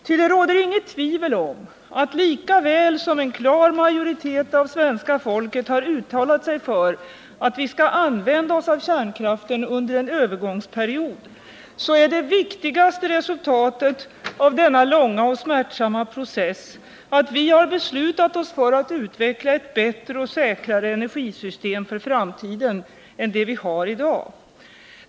Ty det råder inget tvivel om att lika väl som en klar majoritet av svenska folket har uttalat sig för att vi skall använda oss av kärnkraften under en övergångsperiod, så är det viktigaste resultatet av denna långa och smärtsamma process att vi har beslutat oss för att utveckla ett bättre och säkrare energisystem för framtiden än det vi har i dag.